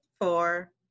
four